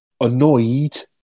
annoyed